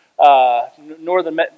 northern